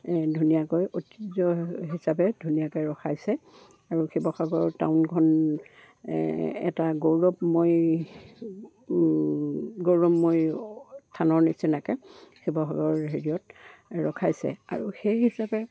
ধুনীয়াকৈ ঐতিহ্য হিচাপে ধুনীয়াকৈ ৰখাইছে আৰু শিৱসাগৰ টাউনখন এটা গৌৰৱময় গৌৰৱময় থানৰ নিচিনাকৈ শিৱসাগৰ হেৰিয়ত ৰখাইছে আৰু সেই হিচাপে